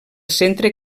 centre